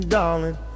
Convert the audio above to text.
darling